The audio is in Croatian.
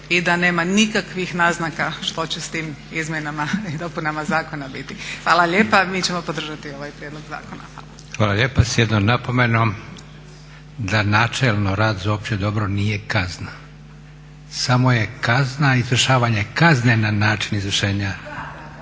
i da nema nikakvih naznaka što će s tim izmjenama i dopunama zakona biti. Hvala lijepa. Mi ćemo podržati ovaj prijedlog zakona. **Leko, Josip (SDP)** Hvala lijepa. S jednom napomenom, da načelno rad za opće dobro nije kazna, samo je kazna izvršavanje kazne na način izvršenja.